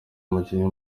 umukinnyi